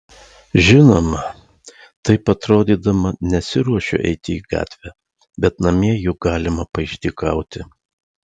žinoma taip atrodydama nesiruošiu eiti į gatvę bet namie juk galima paišdykauti